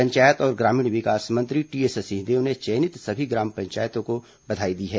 पंचायत और ग्रामीण विकास मंत्री टीएस सिंहदेव ने चयनित सभी ग्राम पंचायतों को बधाई दी है